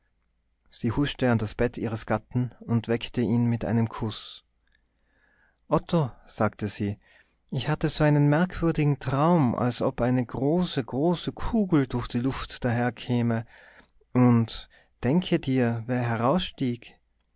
sie huschte an das bett ihres gatten und weckte ihn mit einem kuß otto sagte sie ich hatte einen so merkwürdigen traum als ob eine große große kugel durch die luft daherkäme und denke dir wer